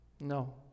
No